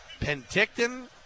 Penticton